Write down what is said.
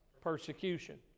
Persecution